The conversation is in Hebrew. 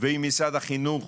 ועם משרד החינוך